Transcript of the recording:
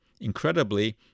Incredibly